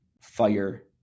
Fire